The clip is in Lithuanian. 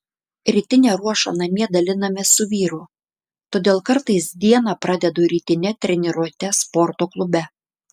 rytinę ruošą namie dalinamės su vyru todėl kartais dieną pradedu rytine treniruote sporto klube